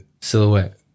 Silhouette